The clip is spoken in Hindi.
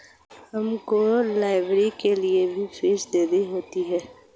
हमको लाइब्रेरी के लिए भी फीस देनी होती है